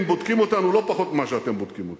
הם בודקים אותנו לא פחות ממה שאתם בודקים אותנו,